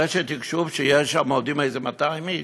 רשת תקשוב, שעובדים שם איזה 200 איש.